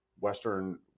Western